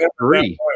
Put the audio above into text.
three